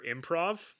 improv